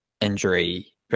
injury